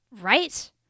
Right